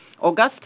August